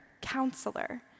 counselor